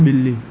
बि॒ली